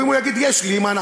ואם הוא יגיד: יש לי, מה נעשה?